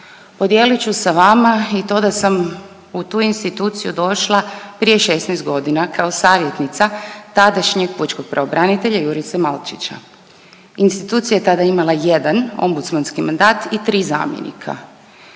Podijelit ću sa vama i to da sam u tu instituciju došla prije 16 godina kao savjetnica tadašnjeg pučkog pravobranitelja Jurice Malčića. Institucija je tada imala jedan ombudsmanski mandat i tri zamjenika.